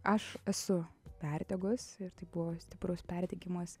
aš esu perdegus ir tai buvo stiprus perdegimas